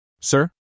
Sir